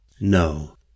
No